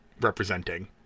representing